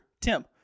Tim